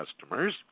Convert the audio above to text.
customers